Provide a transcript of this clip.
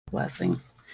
blessings